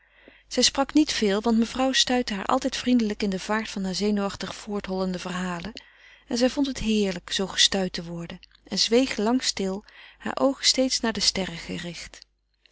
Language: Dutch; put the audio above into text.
zij sprak niet veel want mevrouw stuitte haar altijd vriendelijk in de vaart harer zenuwachtig voorthollende verhalen en zij vond het heerlijk zoo gestuit te worden en zweeg lang stil hare oogen steeds naar de sterren gericht